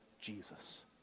Jesus